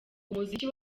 muziki